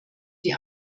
die